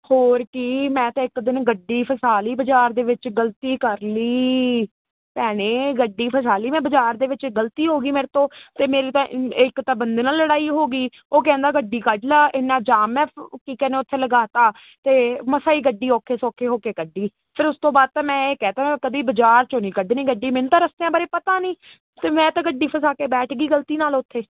ਹੋਰ ਕੀ ਮੈਂ ਤਾਂ ਇੱਕ ਦਿਨ ਗੱਡੀ ਫਸਾ ਲਈ ਬਾਜ਼ਾਰ ਦੇ ਵਿੱਚ ਗਲਤੀ ਕਰ ਲਈ ਭੈਣੇ ਗੱਡੀ ਫਸਾਲੀ ਮੈਂ ਬਾਜ਼ਾਰ ਦੇ ਵਿੱਚ ਗਲਤੀ ਹੋ ਗਈ ਮੇਰੇ ਤੋਂ ਤੇ ਮੇਰੀ ਤਾਂ ਇੱਕ ਤਾਂ ਬੰਦੇ ਨਾਲ ਲੜਾਈ ਹੋ ਗਈ ਉਹ ਕਹਿੰਦਾ ਗੱਡੀ ਕੱਢ ਲਾ ਇਨਾ ਜਾਮ ਹ ਕੀ ਕਹਿੰਦਾ ਉੱਥੇ ਲਗਾ ਤਾ ਤੇ ਮਸਾਂ ਹੀ ਗੱਡੀ ਔਖੇ ਸੌਖੇ ਹੋ ਕੇ ਗੱਡੀ ਫਿਰ ਉਸ ਤੋਂ ਬਾਅਦ ਤਾਂ ਮੈਂ ਇਹ ਕਹਿ ਤਾ ਕਦੀ ਬਾਜ਼ਾਰ ਚੋਂ ਨਹੀਂ ਕੱਢਣੀ ਗੱਡੀ ਮੈਨੂੰ ਤਾਂ ਰਸਤਿਆਂ ਬਾਰੇ ਪਤਾ ਨਹੀਂ ਤੇ ਮੈਂ ਤਾਂ ਗੱਡੀ ਫਸਾ ਕੇ ਬੈਠ ਗਈ ਗਲਤੀ ਨਾਲ ਉਥੇ